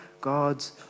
God's